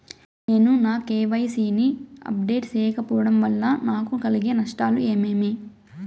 నేను నా కె.వై.సి ని అప్డేట్ సేయకపోవడం వల్ల నాకు కలిగే నష్టాలు ఏమేమీ?